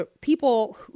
people